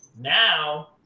now